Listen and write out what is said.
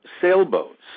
sailboats